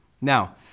Now